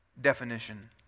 definition